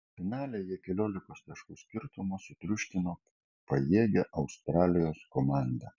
finale jie keliolikos taškų skirtumu sutriuškino pajėgią australijos komandą